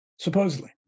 supposedly